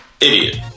idiot